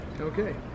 Okay